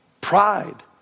pride